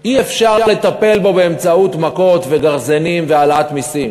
אי-אפשר לטפל בו באמצעות מכות וגרזנים והעלאת מסים.